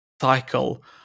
cycle